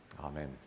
Amen